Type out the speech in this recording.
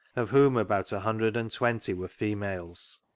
of whom about a hundred and twenty were females.